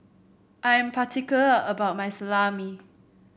I am particular about my Salami